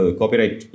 copyright